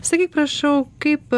sakyk prašau kaip